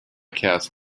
cast